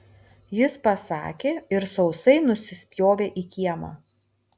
jis pasakė ir sausai nusispjovė į kiemą